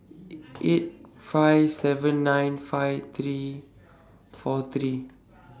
eight five nine seven five three four three